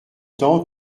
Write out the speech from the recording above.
temps